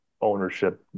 ownership